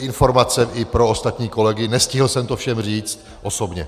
To je informace i pro ostatní kolegy, nestihl jsem to všem říct osobně.